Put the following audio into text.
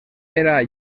era